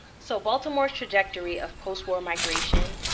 so baltimore's trajectory of post-war migration,